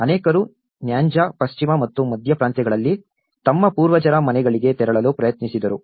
ಅನೇಕರು ನ್ಯಾಂಜಾ ಪಶ್ಚಿಮ ಮತ್ತು ಮಧ್ಯ ಪ್ರಾಂತ್ಯಗಳಲ್ಲಿ ತಮ್ಮ ಪೂರ್ವಜರ ಮನೆಗಳಿಗೆ ತೆರಳಲು ಪ್ರಯತ್ನಿಸಿದರು